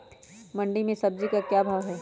मंडी में सब्जी का क्या भाव हैँ?